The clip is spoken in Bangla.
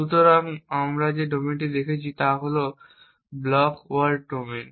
সুতরাং আমরা যে ডোমেইনটি দেখছি তা হল ব্লক ওয়ার্ল্ড ডোমেইন